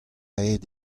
aet